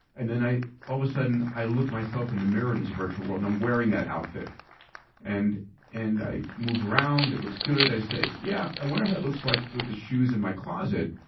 and then i all of a sudden i look myself in the mirror in this virtual world and i'm wearing that outfit and and i move around, it looks good. i say, yeah, i wonder how it looks like with the shoes in my closet.